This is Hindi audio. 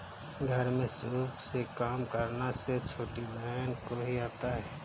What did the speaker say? घर में सूप से काम करना सिर्फ छोटी बहन को ही आता है